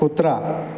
कुत्रा